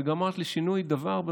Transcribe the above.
וגרמת לשינוי דבר "קטן",